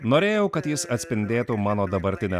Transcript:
norėjau kad jis atspindėtų mano dabartinę